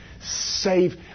Save